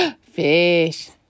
fish